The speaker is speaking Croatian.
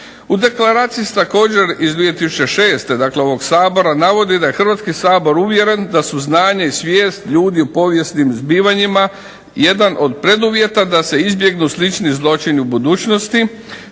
U deklaraciji također iz 2006. dakle ovog Sabora navodi da je Hrvatski sabor uvjeren da su znanje i svijest ljudi u povijesnim zbivanjima jedan od preduvjeta da se izbjegnu slični zločini u budućnosti